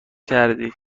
کردی